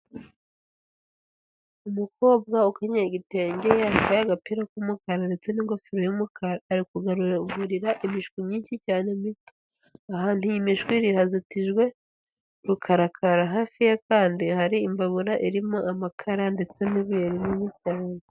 Umukobwa ukenyeye igitenge yambaye agapira k'umukara ndetse n'ingofero y'umukara ari kugaburira imishwi myinshi cyane mito. Ahantu iyi mishwi iri hazitijwe rukarakara, hafi ye kandi hari imbabura irimo amakara ndetse n'ibuye rinini cyane.